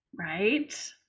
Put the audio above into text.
right